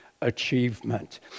achievement